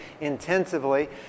intensively